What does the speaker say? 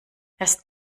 erst